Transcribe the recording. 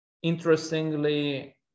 Interestingly